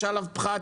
יש עליו פחת,